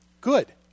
Good